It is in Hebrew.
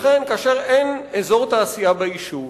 לכן, כאשר אין אזור תעשייה ביישוב